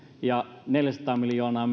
ja raidehankkeisiin menee neljäsataa miljoonaa